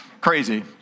crazy